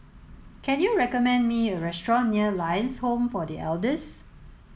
can you recommend me a restaurant near Lions Home for The Elders